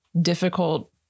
difficult